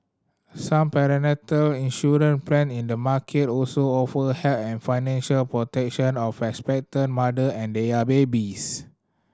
some prenatal plan in the market also offer and financial protection of expectant mother and their babies